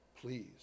please